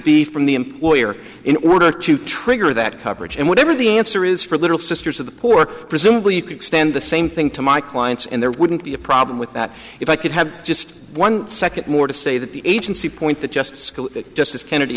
be from the employer in order to trigger that coverage and whatever the answer is for little sisters of the poor presumably you could extend the same thing to my clients and there wouldn't be a problem with that if i could have just one second more to say that the agency point that just school just as kennedy